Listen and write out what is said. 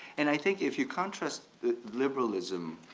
and i think if you contrast the liberalism,